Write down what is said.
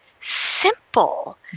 simple